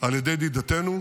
על ידי ידידתנו: